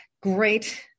Great